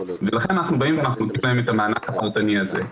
ולכן אנחנו באים ומעניקים להם את המענק הפרטני הזה.